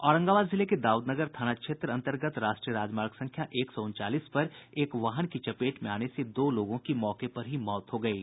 औरंगाबाद जिले के दाउदनगर थाना क्षेत्र अन्तर्गत राष्ट्रीय राजमार्ग संख्या एक सौ उनचालीस पर एक वाहन की चपेट में आने से दो लोगों की मौके पर ही मौत हो गयी